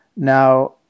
Now